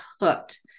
hooked